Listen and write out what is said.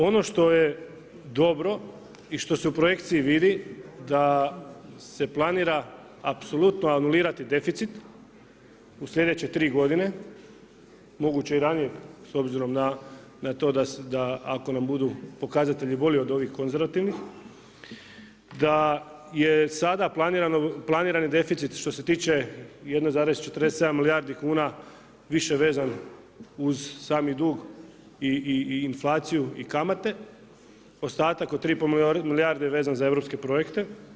Ono što je dobro i što se u projekciji vidi da se planira apsolutno anulirati deficit u sljedeće tri godine, moguće i ranije s obzirom na to da ako nam budu pokazatelji bolji od konzervativnih da je sada planiran deficit što se tiče 1,47 milijardi kuna više vezan uz sami dug i inflaciju i kamate, ostatak od 3,5 milijarde je vezan za europske projekte.